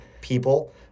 people